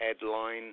headline